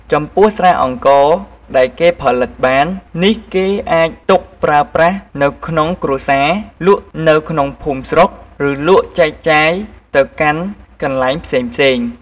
ចំពោះស្រាអង្ករដែលគេផលិតបាននេះគេអាចទុកប្រើប្រាស់នៅក្នុងគ្រួសារ លក់នៅក្នុងភូមិស្រុក ឬលក់ចែកចាយទៅកាន់កន្លែងផ្សេងៗ។